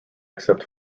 accept